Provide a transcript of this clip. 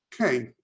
Okay